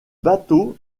bateau